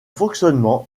fonctionnement